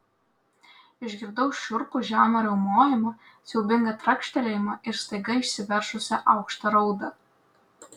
išgirdau šiurpų žemą riaumojimą siaubingą trakštelėjimą ir staiga išsiveržusią aukštą raudą